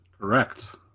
Correct